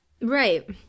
right